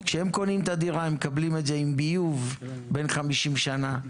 כשהם קונים את הדירה הם מקבלים את זה עם ביוב בן 50 שנה,